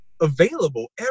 available